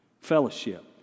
fellowship